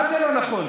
מה זה לא נכון?